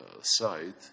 side